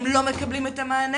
הם לא מקבלים את המענה.